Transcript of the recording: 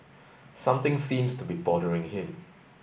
something seems to be bothering him